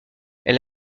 elle